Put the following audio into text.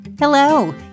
Hello